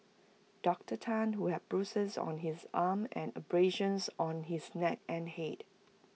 Doctor Tan who had bruises on his arm and abrasions on his neck and Head